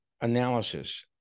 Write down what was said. analysis